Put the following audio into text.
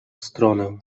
stronę